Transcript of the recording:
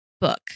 book